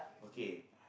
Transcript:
okay